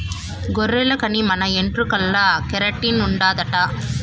గొర్రెల కన్ని మన ఎంట్రుకల్ల కెరటిన్ ఉండాదట